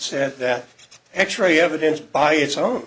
set that x ray evidence by its own